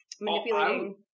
manipulating